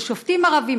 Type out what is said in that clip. יש שופטים ערבים,